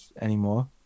anymore